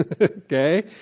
Okay